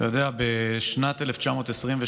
בשנת 1923